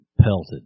pelted